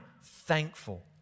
thankful